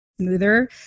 smoother